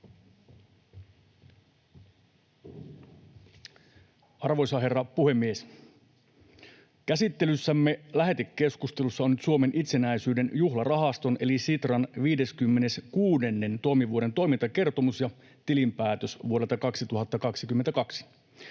Arvoisa herra puhemies! Käsittelyssämme, lähetekeskustelussa, on nyt Suomen itsenäisyyden juhlarahaston eli Sitran 56. toimivuoden toimintakertomus ja tilinpäätös vuodelta 2022.